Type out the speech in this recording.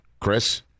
Chris